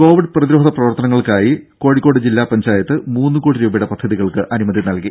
Covid പ്രതിരോധ പ്രവർത്തനങ്ങൾക്കായി ജില്ലാ പഞ്ചായത്ത് മൂന്നുകോടി രൂപയുടെ പദ്ധതികൾക്ക് അനുമതി നൽകി